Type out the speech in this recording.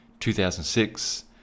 2006